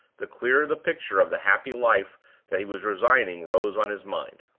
the clearer the picture of the happy life that he was resigning rose on his mind.